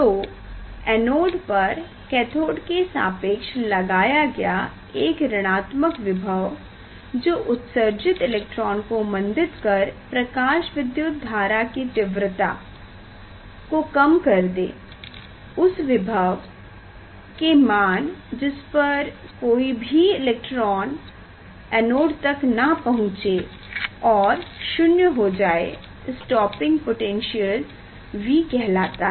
तो एनोड पर कैथोड़ के सापेक्ष लगाया गया एक ऋणात्मक विभव जो उत्सर्जित इलेक्ट्रॉन को मंदित कर प्रकाशविद्युत धारा की तीव्रता Iको कम कर दे उस विभव के मान जिस पर कोई भी इलेक्ट्रॉन एनोड तक ना पहुचे और I शून्य हो जाए स्टॉपिंग पोटेनशियल V कहलाता है